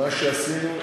מה שעשינו,